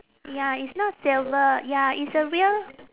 ya it's not silver ya it's a real